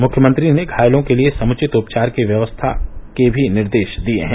मुख्यमंत्री ने घायलों के लिये समुचित उपचार की व्यवस्था करने के भी निर्देश दिये हैं